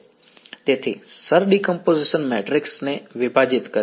તેથી Schur decomposition મેટ્રિક્સને વિભાજિત કરે છે